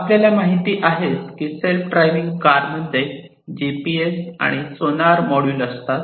आपल्याला माहित आहेच की सेल्फ ड्रायव्हिंग कार मध्ये जी जीपीएस आणि सोनार मॉड्यूल असतात